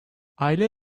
aile